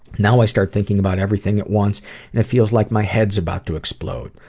now i start thinking about everything at once and it feels like my head is about to explode.